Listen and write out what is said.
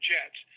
Jets